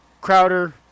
Crowder